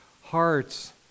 hearts